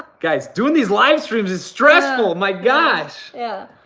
guys doing these live streams is stressful, my gosh. yeah,